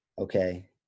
okay